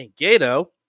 Gato